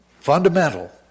fundamental